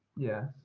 yeah.